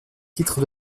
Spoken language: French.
titre